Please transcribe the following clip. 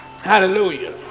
Hallelujah